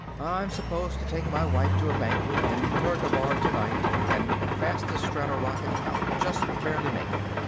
i'm supposed to take my wife to a banquet in dhergabar, tonight, and with the fastest strato-rocket, i'll just barely make it.